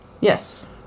Yes